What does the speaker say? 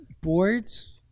boards